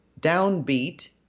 Downbeat